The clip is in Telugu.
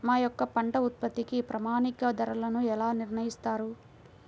మా యొక్క పంట ఉత్పత్తికి ప్రామాణిక ధరలను ఎలా నిర్ణయిస్తారు?